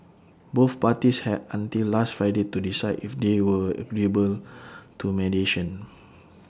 both parties had until last Friday to decide if they were agreeable to mediation